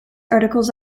articles